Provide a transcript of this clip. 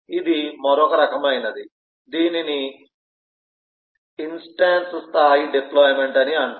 ఇది మరొక రకమైనది దీనిని ఇన్స్టాన్స్ స్థాయి డిప్లొయిమెంట్ అని అంటారు